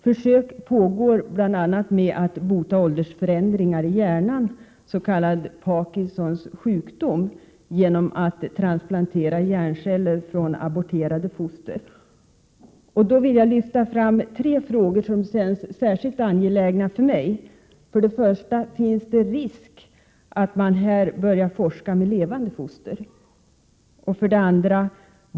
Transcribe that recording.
Försök pågår bl.a. med att bota åldersförändringar i hjärnan, Parkinsons sjukdom, genom att transplantera hjärnceller från aborterade foster. Jag vill lyfta fram tre frågor som känns särskilt angelägna för mig. 1. Finns det en risk för att man börjar forska med levande foster? 2.